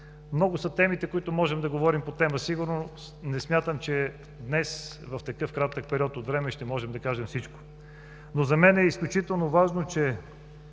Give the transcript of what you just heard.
Много са темите, които можем да говорим по тема „Сигурност“. Не смятам, че днес, в такъв кратък период от време, ще можем да кажем всичко. Но за мен е изключително важно, че